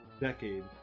decade